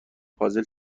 پازل